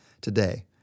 today